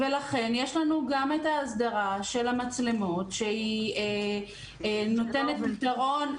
ולכן יש לנו גם את ההסדרה של המצלמות שהיא נותנת פתרון,